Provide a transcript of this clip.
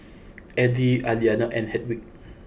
Eddie Aliana and Hedwig